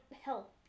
help